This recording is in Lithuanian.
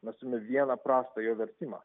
mes turime vieną prastą jo vertimą